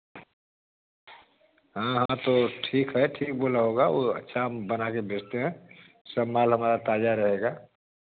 हाँ हाँ तो ठीक है ठीक बोला होगा वह अच्छा हम बना कर बेचते हैं सब माल हमारा ताज़ा रहेगा